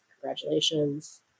congratulations